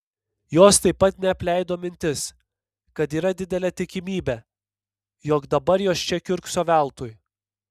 jos taip pat neapleido mintis kad yra didelė tikimybė jog dabar jos čia kiurkso veltui